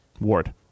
Ward